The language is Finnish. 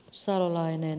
salolainen